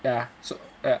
ya so